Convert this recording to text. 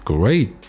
Great